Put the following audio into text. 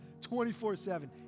24-7